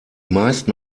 meisten